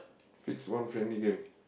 fix one friendly game